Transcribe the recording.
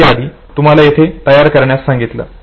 हि यादी तुम्हाला येथे तयार करण्यास सांगितले